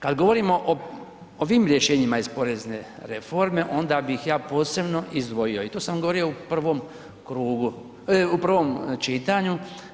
Kad govorimo o ovim rješenjima iz porezne reforme, onda bih ja posebno izdvojio i to sam govorio u prvom krugu, prvom čitanju.